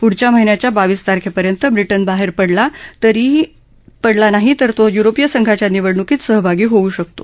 पुढच्या महिन्याच्या बावीस तारखांबत ब्रिटन बाहर प्रडला नाही तर तो युरोपीय संघाच्या निवडणुकीत सहभागी होऊ शकतो